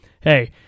Hey